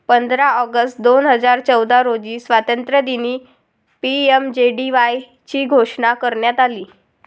पंधरा ऑगस्ट दोन हजार चौदा रोजी स्वातंत्र्यदिनी पी.एम.जे.डी.वाय ची घोषणा करण्यात आली